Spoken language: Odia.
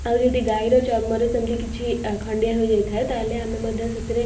ଆଉ ଯଦି ଗାଈର ଚର୍ମରେ ସେମିତି କିଛି ଆ ଖଣ୍ଡିଆ ହୋଇ ଯାଇଥାଏ ତାହାଲେ ଆମେ ମଧ୍ୟ ସେଥିରେ